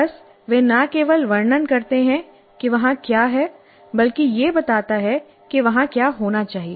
बस वे न केवल वर्णन करते हैं कि वहां क्या है बल्कि यह बताता है कि वहां क्या होना चाहिए